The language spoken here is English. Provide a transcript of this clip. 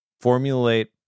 formulate